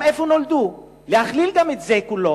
גם איפה שנולדו, להכליל גם את זה, כולו.